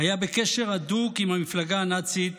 היה בקשר הדוק עם המפלגה הנאצית